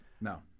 No